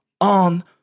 on